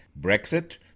brexit